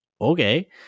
okay